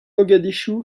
mogadishu